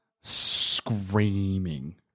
screaming